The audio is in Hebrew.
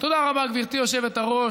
תודה רבה, גברתי היושבת-ראש.